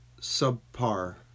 subpar